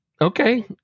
Okay